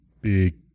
big